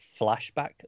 flashback